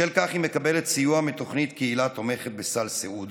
בשל כך היא מקבלת סיוע מתוכנית קהילה תומכת בסל סיעוד,